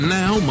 now